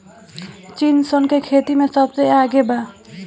चीन सन के खेती में सबसे आगे बा